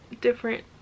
different